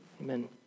Amen